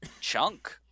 chunk